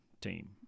team